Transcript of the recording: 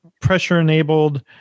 pressure-enabled